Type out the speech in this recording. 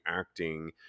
acting